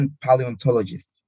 paleontologist